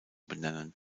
benennen